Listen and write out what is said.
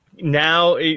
now